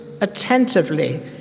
attentively